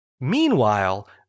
Meanwhile